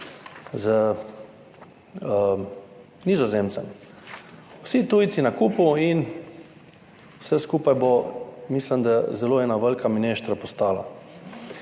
z Nizozemcem. Vsi tujci na kupu, in vse skupaj bo, mislim da, ena zelo velika mineštra postala.